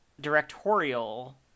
directorial